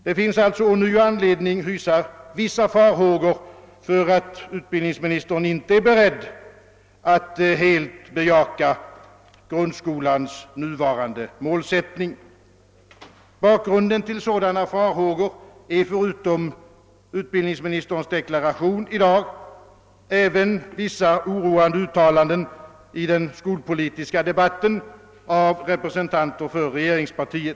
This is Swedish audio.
Det finns alltså ånyo anledning att hysa vissa farhågor för att utbildningsministern inte är beredd att helt bejaka grundskolans nuvarande målsättning. Bakgrunden till sådana farhågor är, förutom utrikesministerns deklaration i dag, vissa oroande uttalanden i den skolpolitiska debatten av representanter för regeringspartiet.